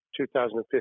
2015